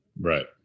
Right